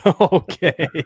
okay